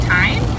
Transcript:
time